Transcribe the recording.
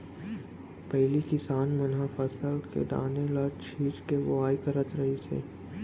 पहिली किसान मन ह फसल के दाना ल छिंच के बोवाई करत रहिस हे